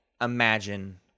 imagine